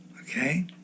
okay